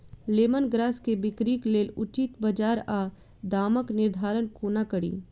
Lemon grass केँ बिक्रीक लेल उचित बजार आ दामक निर्धारण कोना कड़ी?